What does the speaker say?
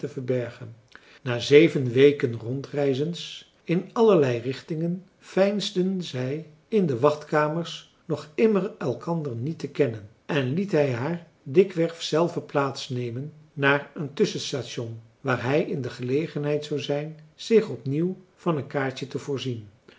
verbergen na zeven weken rondreizens in allerlei richtingen veinsden zij in de wachtkamers nog immer elkander niet te kennen en liet hij haar dikwerf zelve plaats nemen naar een tusschenstation waar hij in de gelegenheid zou zijn zich op nieuw van een kaartje te voorzien